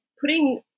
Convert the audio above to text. putting